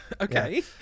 okay